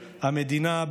המדינה,